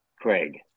craig